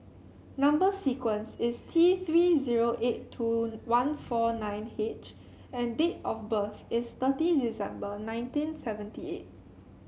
number sequence is T Three zero eight two one four nine H and date of birth is thirty December nineteen seventy eight